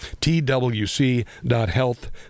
twc.health